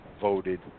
voted